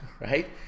right